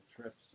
trips